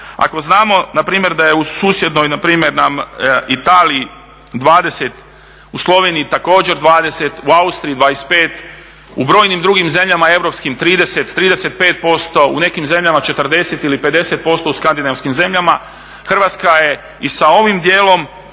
ako znamo npr. da je u susjednoj npr. nam Italiji 20, u Sloveniji također 20, u Austriji 25, u brojnim drugim zemljama europskim 30, 35%, u nekim zemljama 40 ili 50% u skandinavskim zemljama, Hrvatska i sa ovim dijelom